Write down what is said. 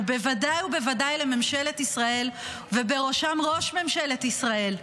ובוודאי ובוודאי לממשלת ישראל ובראשם ראש ממשלת ישראל: